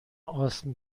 آسم